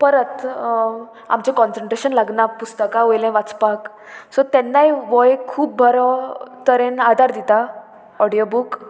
परत आमचें कॉन्संट्रेशन लागना पुस्तकां वयलें वाचपाक सो तेन्नाय हो एक खूब बरो तरेन आदार दिता ऑडियो बूक